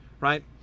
right